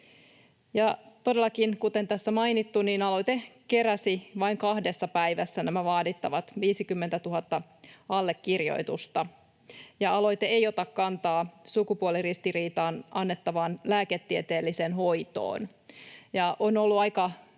kuten tässä on mainittu, aloite keräsi vain kahdessa päivässä nämä vaadittavat 50 000 allekirjoitusta. Aloite ei ota kantaa sukupuoliristiriitaan annettavaan lääketieteelliseen hoitoon.